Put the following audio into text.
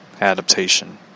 adaptation